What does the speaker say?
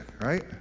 right